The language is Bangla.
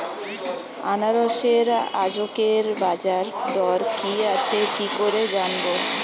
আনারসের আজকের বাজার দর কি আছে কি করে জানবো?